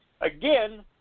Again